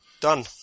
Done